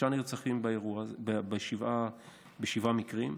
תשעה נרצחים בשבעה מקרים,